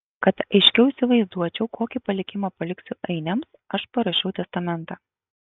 kad aiškiau įsivaizduočiau kokį palikimą paliksiu ainiams aš parašiau testamentą